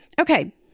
Okay